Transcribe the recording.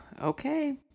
okay